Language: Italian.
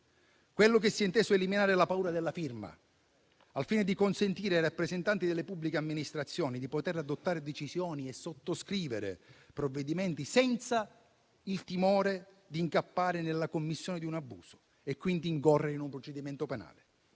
Quella che si è inteso eliminare è la paura della firma, al fine di consentire ai rappresentanti delle pubbliche amministrazioni di adottare decisioni e sottoscrivere provvedimenti senza il timore di incappare nella commissione di un abuso e, quindi, incorrere in un procedimento penale.